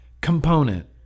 component